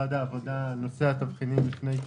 משרד העבודה על נושא התבחינים לפני כחודשיים,